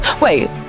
Wait